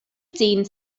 dyn